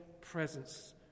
presence